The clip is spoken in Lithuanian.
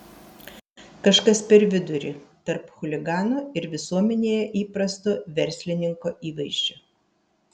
kažkas per vidurį tarp chuligano ir visuomenėje įprasto verslininko įvaizdžio